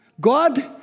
God